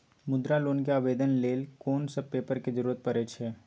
मुद्रा लोन के आवेदन लेल कोन सब पेपर के जरूरत परै छै?